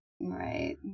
Right